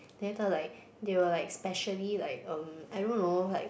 then later like they will like specially like um I don't know like